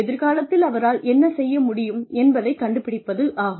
எதிர்காலத்தில் அவரால் என்ன செய்ய முடியும் என்பதைக் கண்டுபிடிப்பதாகும்